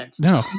No